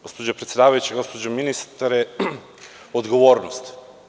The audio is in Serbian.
Gospođo predsedavajuća, gospođo ministarko, odgovornost.